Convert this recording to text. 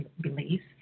beliefs